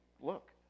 Look